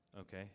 Okay